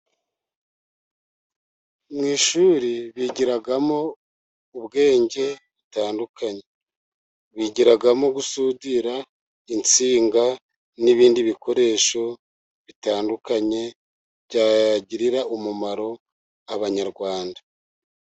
Mu ishuri bigiramo ubwenge butandukanye bigiramo gusudira insinga n'ibindi bikoresho bitandukanye byagirira umumaro abanyarwanda.